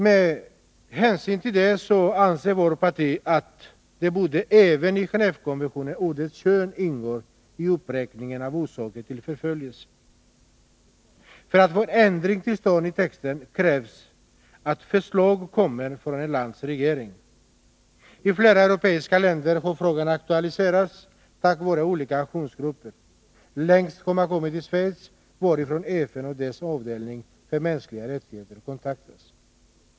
Med hänsyn till det anser vårt parti att även ordet ”kön” bör ingå i Genåvekonventionens uppräkning av orsaker till förföljelse. För att få en ändring till stånd i texten krävs att förslag kommer från ett lands regering. I flera europeiska länder har frågan aktualiserats tack vare olika aktionsgrupper. Längst har man kommit i Schweiz, varifrån FN och dess avdelning för mänskliga rättigheter kontaktats.